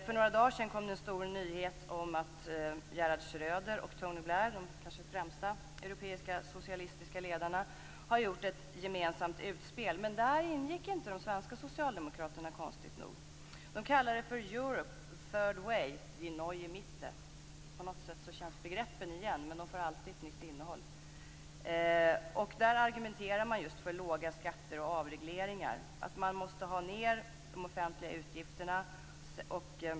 För några dagar sedan kom det en stor nyhet om att Gerhard Schröder och Tony Blair, de kanske främsta europeiska socialistiska ledarna, har gjort ett gemensamt utspel. Men där ingick inte de svenska socialdemokraterna, konstigt nog. De kallar det Europe, the third way, die neue Mitte. På något sätt känns begreppen igen, men de får alltid ett nytt innehåll. Man argumenterar just för låga skatter och avregleringar, att man måste ha ned de offentliga utgifterna.